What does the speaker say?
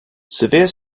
severe